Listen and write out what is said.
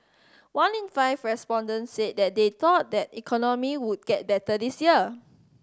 one in five respondents said that they thought the economy would get better this year